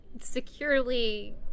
securely